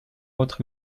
autres